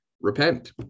repent